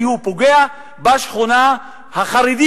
כי הוא פוגע בשכונה החרדית,